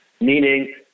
Meaning